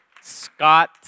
Scott